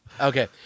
Okay